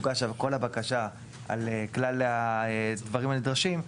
תוגש כל הבקשה על כלל הדברים הנדרשים,